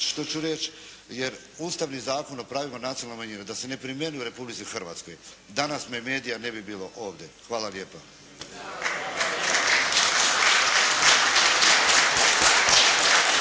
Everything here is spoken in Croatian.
što ću reći, jer Ustavni zakona o pravima nacionalnih manjina da se ne primjenjuje u Republici Hrvatskoj danas Memedia ne bi bilo ovdje